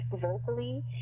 vocally